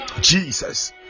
Jesus